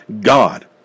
God